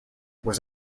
was